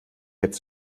jetzt